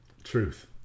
truth